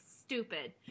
stupid